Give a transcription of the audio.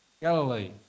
Galilee